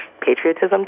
patriotism